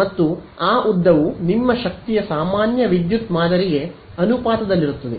ಮತ್ತು ಆ ಉದ್ದವು ನಿಮ್ಮ ಶಕ್ತಿಯ ಸಾಮಾನ್ಯ ವಿದ್ಯುತ್ ಮಾದರಿಗೆ ಅನುಪಾತದಲ್ಲಿರುತ್ತದೆ